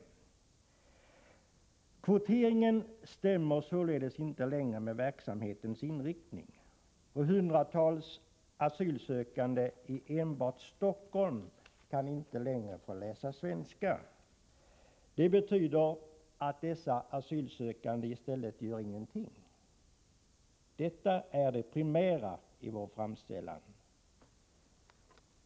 Kvoteringen stämmer således inte längre med verksamhetens inriktning. Hundratals asylsökande i enbart Stockholm kan inte längre få läsa svenska. Det betyder att dessa asylsökande i stället inte gör någonting. Detta är det primära.